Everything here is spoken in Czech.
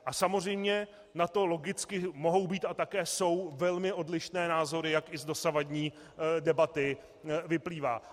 A samozřejmě na to logicky mohou být a také jsou velmi odlišné názory, jak již z dosavadní debaty vyplývá.